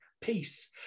peace